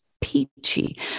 peachy